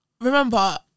remember